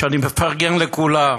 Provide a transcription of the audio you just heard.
ואני מפרגן לכולם,